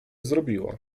zrobiła